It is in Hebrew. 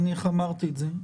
ואמרתי את זה,